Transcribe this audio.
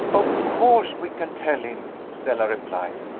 of course we can tell him, stella replied.